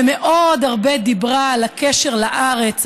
והרבה מאוד דיברה על הקשר לארץ,